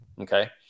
Okay